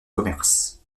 commerce